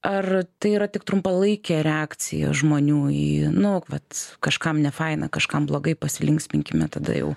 ar tai yra tik trumpalaikė reakcija žmonių į nu vat kažkam nefaina kažkam blogai pasilinksminkime tada jau